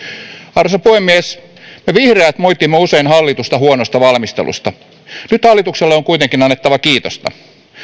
arvoisa puhemies me vihreät moitimme usein hallitusta huonosta valmistelusta nyt hallitukselle on kuitenkin annettava kiitosta